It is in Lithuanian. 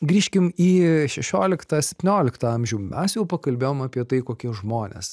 grįžkim į šešioliktą septynioliktą amžių mes jau pakalbėjom apie tai kokie žmonės